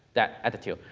that attitude.